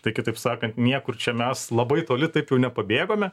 tai kitaip sakant niekur čia mes labai toli taip jau nepabėgome